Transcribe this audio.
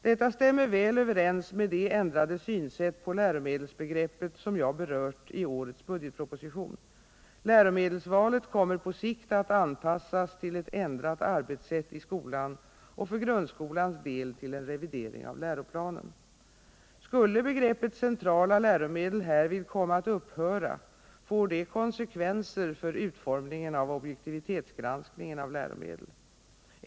Detta stämmer väl överens med det ändrade synsätt på läromedelsbegreppet som jag berört i årets budgetproposition. Läromedelsvalet kommer på sikt att anpassas till ett ändrat arbetssätt i skolan och för grundskolans del till en revidering av läroplanen. Skulle begreppet centrala läromedel härvid komma att upphöra, får det konsekvenser för utformningen av objektivitetsgranskningen av läromedel.